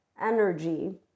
energy